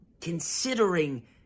considering